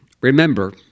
remember